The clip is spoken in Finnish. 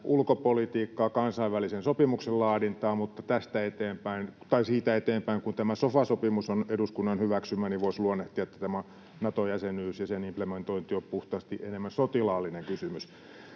ulkopolitiikkaa, kansainvälisen sopimuksen laadintaa, mutta siitä eteenpäin, kun tämä sofa-sopimus on eduskunnan hyväksymä, voisi luonnehtia, että tämä Nato-jäsenyys ja sen implementointi on puhtaasti enemmän sotilaallinen kysymys,